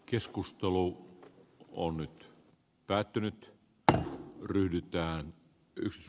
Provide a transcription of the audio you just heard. keskustelu on nyt päättynyt d ryhdytään yhtä